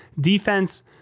defense